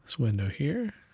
window here,